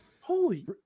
holy